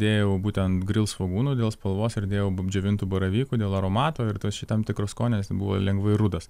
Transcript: dėjau būtent svogūnų dėl spalvos ir dėjau džiovintų baravykų dėl aromato ir tos šitam tikro skonio jis buvo lengvai rudas